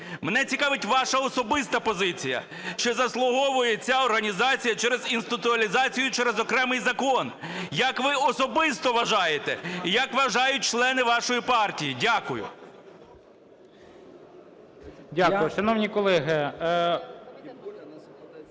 Мене цікавить ваша особиста позиція: чи заслуговує ця організація інституалізацію через окремий закон? Як ви особисто вважаєте і як вважають члени вашої партії? Дякую.